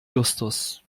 justus